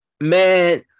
man